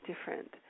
different